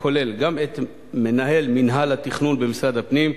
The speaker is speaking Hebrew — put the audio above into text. הכולל גם את מנהל מינהל התכנון במשרד הפנים,